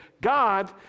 God